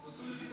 חוץ וביטחון.